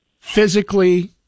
physically